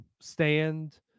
stand